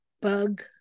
bug